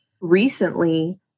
recently